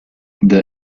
the